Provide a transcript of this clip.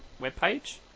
webpage